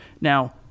Now